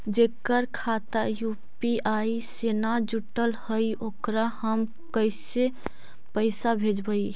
जेकर खाता यु.पी.आई से न जुटल हइ ओकरा हम पैसा कैसे भेजबइ?